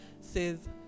says